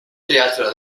teatre